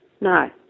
No